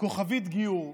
"כוכבית גיור".